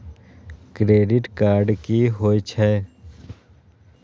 Credit card की होय छै?